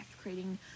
creating